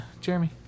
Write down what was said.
Jeremy